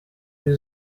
kuri